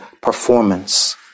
performance